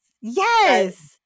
yes